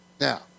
Now